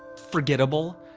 forgettable.